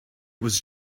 was